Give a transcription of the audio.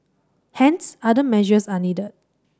hence other measures are needed